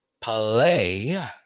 play